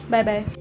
Bye-bye